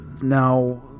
Now